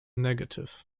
negative